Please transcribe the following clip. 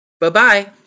Bye-bye